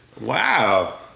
Wow